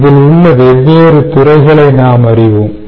இதில் உள்ள வெவ்வேறு துறைகளை நாமறிவோம்